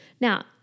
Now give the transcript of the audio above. now